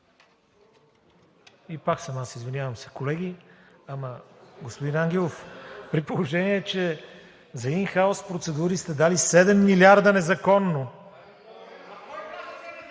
И пак съм аз, извинявам се, колеги! Господин Ангелов, при положение че за ин хаус процедури сте дали 7 милиарда незаконно…